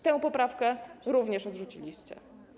Tę poprawkę również odrzuciliście.